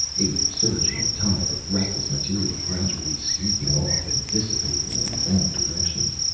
a surging tide of restless material gradually sweeping off and dissipating in all directions.